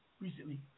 recently